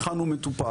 היכן הוא מטופל,